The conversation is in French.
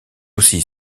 aussi